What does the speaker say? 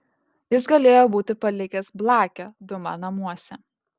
jis galėjo būti palikęs blakę diuma namuose